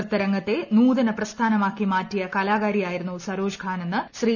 നൃത്ത രംഗത്തെ നൂതന പ്രസ്ഥാനമാക്കി മാറ്റിയ കലാകാരിയായിരുന്നു സരോജ്ഖാനെന്ന് ശ്രീ